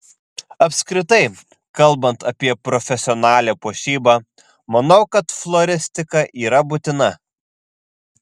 apskritai kalbant apie profesionalią puošybą manau kad floristika yra būtina